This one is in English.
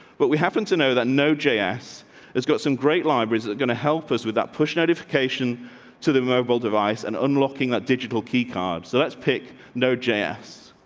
but we happen to know that no, j s has got some great libraries that going to help us with that push notification to the mobile device and unlocking that digital key card. so that's pick know js